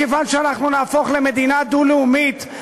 מכיוון שאנחנו נהפוך למדינה דו-לאומית,